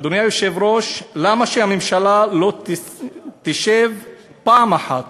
אדוני היושב-ראש, למה לא תשב הממשלה פעם אחת